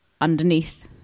underneath